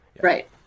Right